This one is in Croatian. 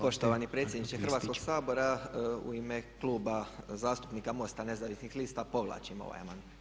Poštovani predsjedniče Hrvatskog sabora u ime Kluba zastupnika MOST-a nezavisnih lista povlačim ovaj amandman.